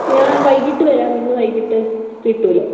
ഞാൻ വൈകിയിട്ട് വരാം ഇന്ന് വൈകിയിട്ട് കിട്ടുമല്ലോ